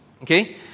Okay